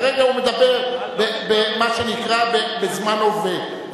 כרגע הוא מדבר במה שנקרא זמן הווה,